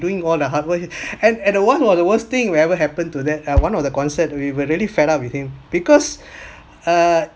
doing all the hardwork and and uh one of the worst thing whatever happened to that uh one of the concert we were really fed up with him because uh